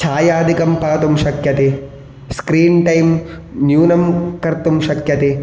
चायादिकं पातुं शक्यते screen time न्यूनं कर्तुं शक्यते